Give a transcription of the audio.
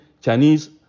Chinese